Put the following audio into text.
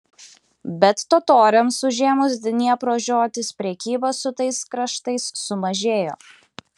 bet totoriams užėmus dniepro žiotis prekyba su tais kraštais sumažėjo